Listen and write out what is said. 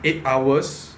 eight hours